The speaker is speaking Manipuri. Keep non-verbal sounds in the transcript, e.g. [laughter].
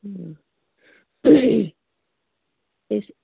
[unintelligible]